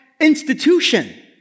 institution